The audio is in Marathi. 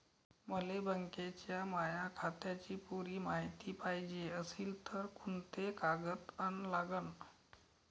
मले बँकेच्या माया खात्याची पुरी मायती पायजे अशील तर कुंते कागद अन लागन?